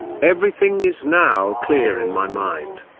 everything is now clear in my mind.